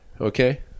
okay